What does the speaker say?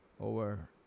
Over